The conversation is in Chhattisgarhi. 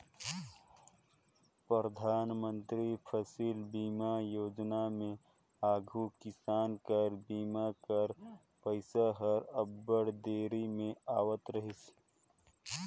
परधानमंतरी फसिल बीमा योजना में आघु किसान कर बीमा कर पइसा हर अब्बड़ देरी में आवत रहिस